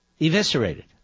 Eviscerated